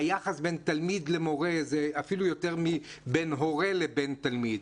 היחס בין תלמיד למורה זה אפילו יותר מבן הורה לבין תלמיד.